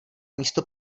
místo